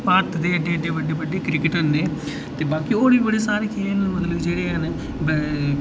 भारत दे एड्डे बड्डे क्रिकेटर न एह् ते बाकी होर बी बड़े सारे होई गे एह् मतलब जेह्ड़े हैन